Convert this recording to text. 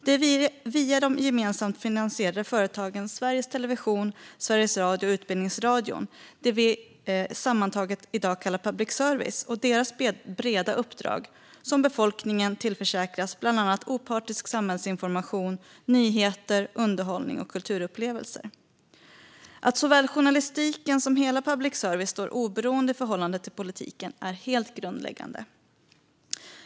Det är via de gemensamt finansierade företagen Sveriges Television, Sveriges Radio och Utbildningsradion, det vi sammantaget i dag kallar public service, och deras breda uppdrag som befolkningen tillförsäkras bland annat opartisk samhällsinformation, nyheter, underhållning och kulturupplevelser. Att såväl journalistiken som hela public service står oberoende i förhållande till politiken är helt grundläggande.